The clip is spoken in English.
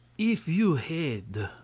if you had,